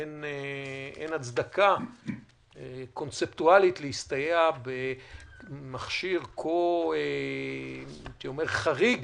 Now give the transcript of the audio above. אין הצדקה קונספטואלית להסתייע במכשיר כה חריג